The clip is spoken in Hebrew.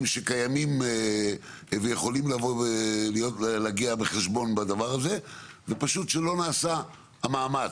שקיימים ויכולים להגיע בחשבון בדבר הזה ,ופשוט שלא נעשה המאמץ,